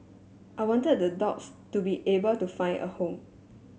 I wanted the dogs to be able to find a home